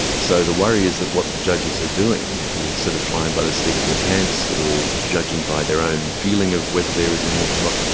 so the worry is that what the judges are doing is sort of flying by the seat of their pants or judging by their own feeling of whether there is remorse or not.